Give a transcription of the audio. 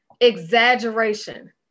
Exaggeration